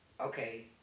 Okay